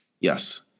Yes